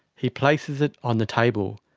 he places it on the table.